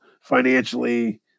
financially